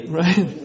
right